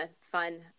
fun